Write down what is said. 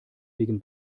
wegen